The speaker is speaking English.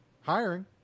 hiring